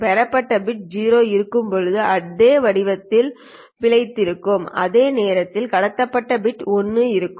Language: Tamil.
பெறப்பட்ட பிட 0 இருக்கும்போது அதே வடிவத்தில் பிழைத்திருக்கும்அதேநேரத்தில் கடத்தப்பட்ட பிட 1 இருக்கும்